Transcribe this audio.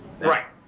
Right